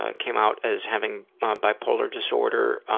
ah came out as having bipolar disorder.